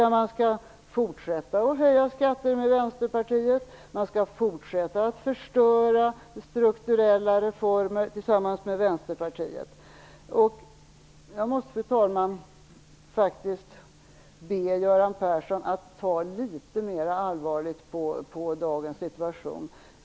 Man skall fortsätta att höja skatter tillsammans med Vänsterpartiet, man skall fortsätta att förstöra strukturella reformer tillsammans med Vänsterpartiet. Jag måste faktiskt be Göran Persson att ta litet mera allvarligt på dagens situation.